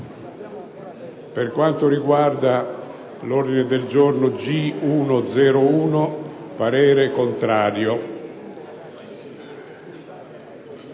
Per quanto riguarda l'ordine del giorno G101, esprimo parere contrario,